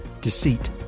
deceit